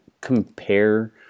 compare